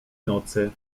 nocy